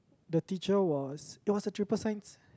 the teacher was there was a triple science